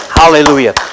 Hallelujah